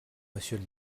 monsieur